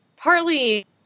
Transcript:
Partly